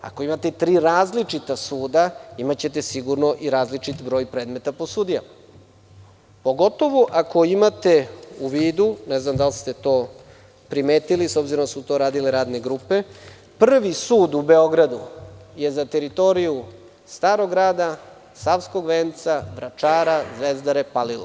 Ako imate tri različita suda, imaćete sigurno i različit broj predmeta po sudijama, pogotovo ako imate u vidu, ne znam da li ste to primetili, s obzirom da su to radile radne grupe, Prvi sud u Beogradu je za teritoriju Starog Grada, Savskog Venca, Vračara, Zvezdare, Palilule.